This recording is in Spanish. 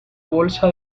bolsa